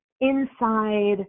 inside